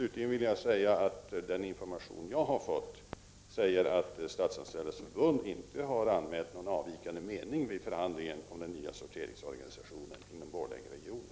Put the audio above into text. Jag vill slutligen säga att enligt den information jag har fått har Statsanställdas förbund inte angivit någon avvikande mening vid förhandlingen om den nya sorteringsorganisationen inom Borlängeregionen.